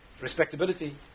respectability